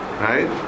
right